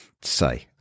say